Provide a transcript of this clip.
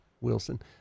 Wilson